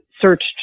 searched